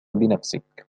بنفسك